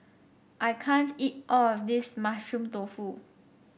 I can't eat all of this Mushroom Tofu